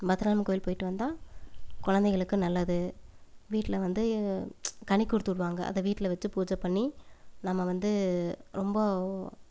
பத்ரகாளிம்மன் கோவில் போய்ட்டு வந்தால் கொழந்தைங்களுக்கு நல்லது வீட்டில் வந்து கனி கொடுத்து விடுவாங்க அதை வீட்டில் வெச்சு பூஜை பண்ணி நம்ம வந்து ரொம்ப